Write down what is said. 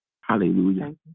Hallelujah